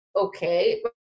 Okay